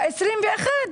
ב-21.